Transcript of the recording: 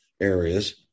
areas